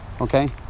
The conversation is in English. okay